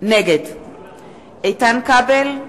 נגד איתן כבל,